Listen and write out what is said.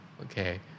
Okay